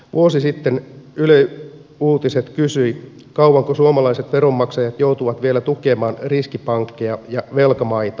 vuosi sitten yle uutiset kysyi kauanko suomalaiset veronmaksajat joutuvat vielä tukemaan riskipankkeja ja velkamaita